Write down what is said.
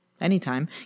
anytime